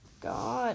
God